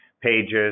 Pages